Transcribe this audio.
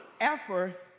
effort